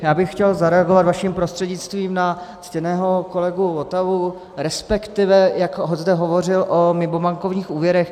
Já bych chtěl zareagovat vaším prostřednictvím na ctěného kolegu Votavu, respektive, jak zde hovořil o mimobankovních úvěrech.